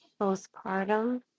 postpartum